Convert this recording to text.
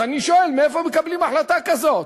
אז אני שואל, איך מקבלים החלטה כזאת?